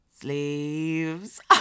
sleeves